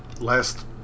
Last